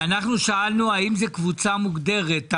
שאלנו האם זה קבוצה מוגדרת.